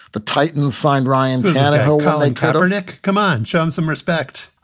the titans signed ryan tannehill howling catatonic. come on. show some respect.